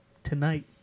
Tonight